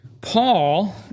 Paul